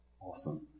Awesome